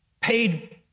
paid